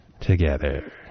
together